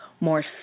more